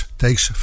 takes